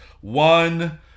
one